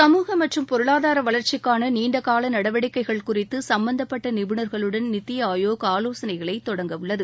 சமூக மற்றும் பொருளாதார வளர்ச்சிக்கான நீண்ட கால நடவடிக்கைகள் குறித்து சும்பந்தப்பட்ட நிபுணர்களுடன் நித்தி ஆயோக் ஆலோசனைகளை தொடங்கவுள்ளது